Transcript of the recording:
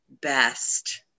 best